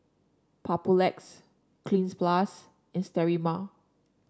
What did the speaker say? Papulex Cleanz Plus and Sterimar